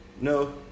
No